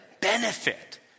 Benefit